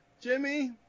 Jimmy